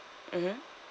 mmhmm